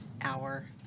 hour